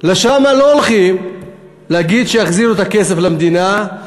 לשם לא הולכים להגיד שיחזירו את הכסף למדינה,